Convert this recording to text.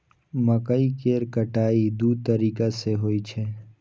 मकइ केर कटाइ दू तरीका सं होइ छै